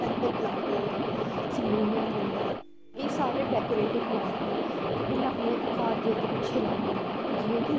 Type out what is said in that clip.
purple plant होई गेआ syngonium होई गेआ एह् सारे डैकोरेटिव प्लांट न ते एह् में अपने घर दे अग्गें पिच्छे लाए दे न जियां कि